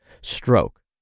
stroke